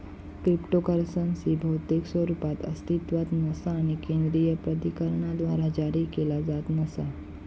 cryptocurrency भौतिक स्वरूपात अस्तित्वात नसा आणि केंद्रीय प्राधिकरणाद्वारा जारी केला जात नसा